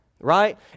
right